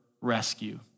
rescue